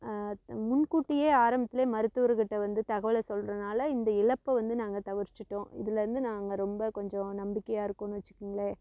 முன்கூட்டியே ஆரம்பத்திலேயே மருத்துவருக்கிட்ட வந்து தகவலை சொல்கிறதுனால இந்த இழப்பை வந்து நாங்கள் தவிர்த்திட்டோம் இதிலேருந்து நாங்கள் ரொம்ப கொஞ்சம் நம்பிக்கையாக இருக்கோம்னு வச்சிக்கோங்களேன்